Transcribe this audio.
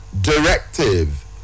directive